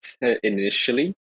initially